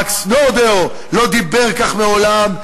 מקס נורדאו לא דיבר כך מעולם,